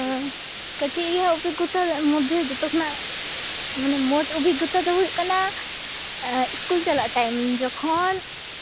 ᱠᱟᱹᱴᱤᱡ ᱨᱮᱭᱟᱜ ᱚᱵᱷᱤᱜᱚᱛᱟ ᱢᱚᱫᱽᱫᱷᱮ ᱡᱚᱛᱚ ᱠᱷᱚᱱᱟᱜ ᱢᱟᱱᱮ ᱢᱚᱡᱽ ᱚᱵᱷᱤᱜᱚᱛᱟ ᱫᱚ ᱦᱩᱭᱩᱜ ᱠᱟᱱᱟ ᱥᱠᱩᱞ ᱪᱟᱞᱟᱜ ᱴᱟᱭᱤᱢ ᱡᱚᱠᱷᱚᱱ